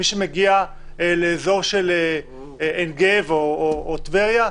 מי שמגיע לאזור של עין גב או טבריה,